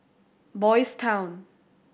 Boys' Town